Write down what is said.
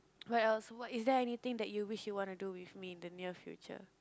what else what is there anything that you wish you want to do with me in the near future